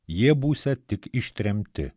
jie būsią tik ištremti